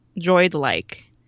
droid-like